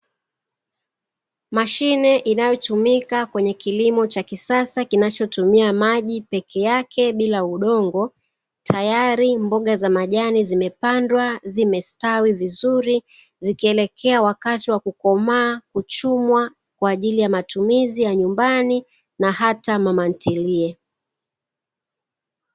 Mashine inayotumika kwenye kilimo cha kisasa kinachotumia maji peke yake bila udongo, tayari mboga za majani zimepandwa, zimesitawi vizuri, zikielekea wakati wa kukomaa, kuchumwa kwa ajili ya matumizi ya nyumbani, na hata mama ntilie.